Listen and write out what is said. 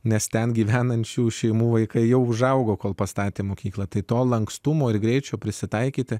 nes ten gyvenančių šeimų vaikai jau užaugo kol pastatė mokyklą tai to lankstumo ir greičio prisitaikyti